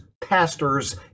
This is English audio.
pastors